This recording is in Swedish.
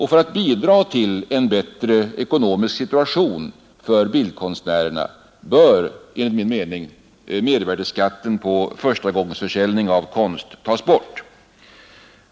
För att bidra till en bättre ekonomisk situation för konstnärerna bör enligt vår uppfattning mervärdeskatten på förstagångsförsäljning av konst tas bort.